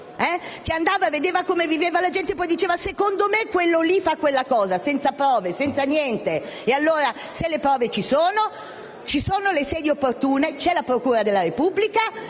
che andava, vedeva come viveva la gente e poi diceva «secondo me quello lì fa quella cosa», senza prove e senza niente. E allora, se le prove ci sono, ci sono le sedi opportune, c'è la procura della Repubblica,